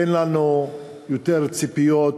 אין לנו יותר ציפיות,